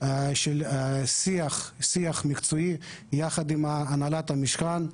של שיח מקצועי, יחד עם הנהלת המשכן.